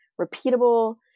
repeatable